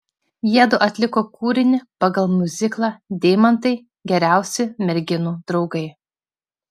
jiedu atliko kūrinį pagal miuziklą deimantai geriausi merginų draugai